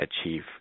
achieve